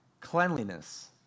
cleanliness